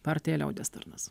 partija liaudies tarnas